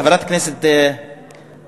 חברת הכנסת גלאון,